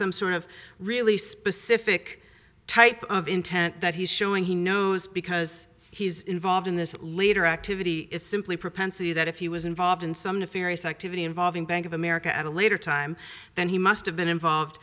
some sort of really specific type of intent that he's showing he knows because he's involved in this leader activity is simply propensity that if he was involved in some nefarious activity involving bank of america at a later time then he must have been involved